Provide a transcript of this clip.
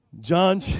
John